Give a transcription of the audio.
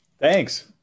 Thanks